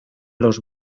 los